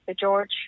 George